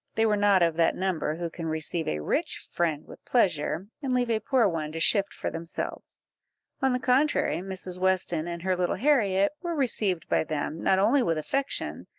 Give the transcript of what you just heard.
they were not of that number who can receive a rich friend with pleasure, and leave a poor one to shift for themselves on the contrary, mrs. weston and her little harriet were received by them, not only with affection,